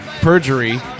perjury